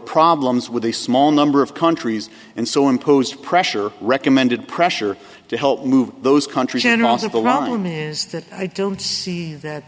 problems with a small number of countries and so imposed pressure recommended pressure to help move those countries and also to run them is that i don't see that